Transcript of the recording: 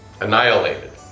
Annihilated